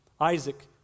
Isaac